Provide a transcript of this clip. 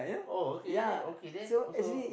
oh okay okay that's also